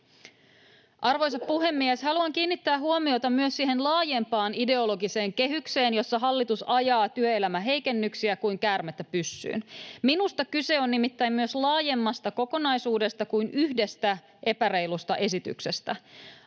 Arvoisa puhemies! Haluan kiinnittää huomiota myös siihen laajempaan ideologiseen kehykseen, jossa hallitus ajaa työelämäheikennyksiä kuin käärmettä pyssyyn. Minusta kyse on nimittäin myös laajemmasta kokonaisuudesta kuin yhdestä epäreilusta esityksestä.